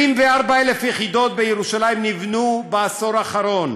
24,000 יחידות בירושלים נבנו בעשור האחרון.